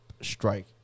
strike